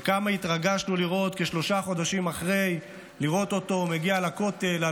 וכמה התרגשנו כשלושה חודשים אחרי כן לראות אותו מגיע לכותל על